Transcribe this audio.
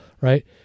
right